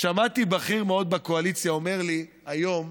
שמעתי בכיר מאוד בקואליציה שאמר לי היום: